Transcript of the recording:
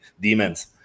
demons